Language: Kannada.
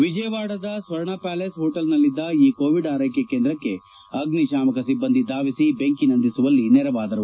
ವಿಜಯವಾಡದ ಸ್ವರ್ಣಪ್ಟಾಲೀಸ್ ಹೊಟೇಲ್ನಲ್ಲಿದ್ದ ಈ ಕೋವಿಡ್ ಆರೈಕೆ ಕೇಂದ್ರಕ್ಷೆ ಅಗ್ನಿಶಾಮಕ ಸಿಬ್ಬಂದಿ ಧಾವಿಸಿ ಬೆಂಕಿ ನಂದಿಸುವಲ್ಲಿ ನೆರವಾದರು